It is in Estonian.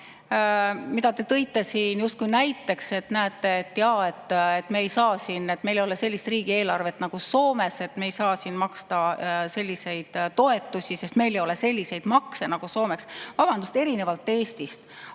mida te tõite siin justkui näiteks, et näete, et meil ei ole sellist riigieelarvet nagu Soomes, et me ei saa siin maksta selliseid toetusi, sest meil ei ole selliseid makse nagu Soomes. Vabandust, erinevalt Eestist